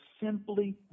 simply